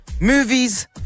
movies